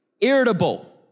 irritable